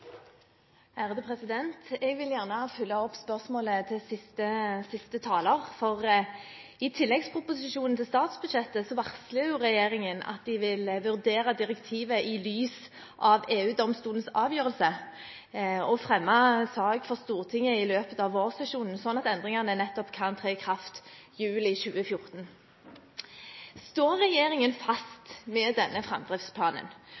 siste taleren, for i tilleggsproposisjonen til statsbudsjettet varsler regjeringen at de vil vurdere direktivet i lys av EU-domstolens avgjørelse og fremme sak for Stortinget i løpet av vårsesjonen, sånn at endringene kan tre i kraft i juli 2014. Står regjeringen fast ved denne framdriftsplanen?